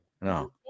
no